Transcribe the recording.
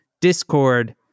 Discord